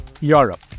Europe